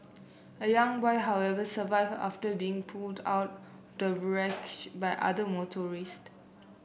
a young boy however survive after being pulled out the by other motorist